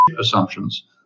assumptions